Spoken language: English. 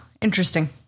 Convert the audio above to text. interesting